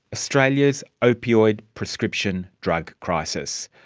australia's opioid prescription drug crisis.